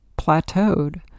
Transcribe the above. plateaued